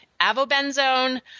avobenzone